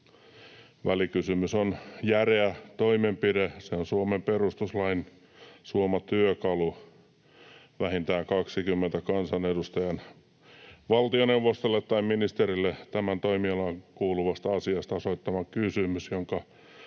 Välikysymys on järeä toimenpide. Se on Suomen perustuslain suoma työkalu, vähintään 20 kansanedustajan valtioneuvostolle tai ministerille tämän toimialaan kuuluvasta asiasta osoittama kysymys, jonka